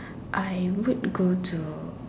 I would go to